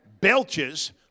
belches